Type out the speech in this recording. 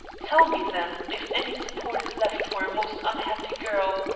tell me, then, if any support is left for a most unhappy girl,